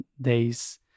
days